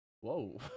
Whoa